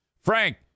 Frank